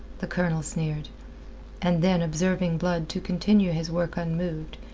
the colonel sneered and then, observing blood to continue his work unmoved,